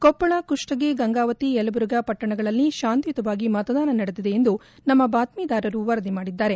ಕೊಪ್ಪಳ ಕುಪ್ಪಗಿ ಗಂಗಾವತಿ ಯಲಬುರ್ಗಾ ಪಟ್ಟಣಗಳಲ್ಲಿ ತಾಂತಿಯುತವಾಗಿ ಮತದಾನ ನಡೆದಿದೆ ಎಂದು ನಮ್ನ ಬಾತ್ನೀದಾರರು ವರದಿ ಮಾಡಿದ್ದಾರೆ